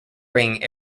bringing